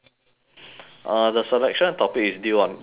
uh the selection topic is due on this friday